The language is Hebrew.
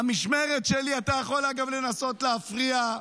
במשמרת שלי, אתה יכול, אגב, לנסות להפריע,